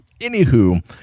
anywho